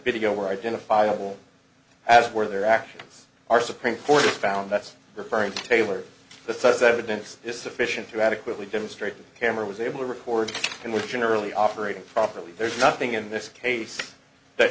video were identifiable as where their actions are supreme court found that's referring to taylor but such evidence is sufficient to adequately demonstrate the camera was able to record and was generally operating properly there's nothing in this case that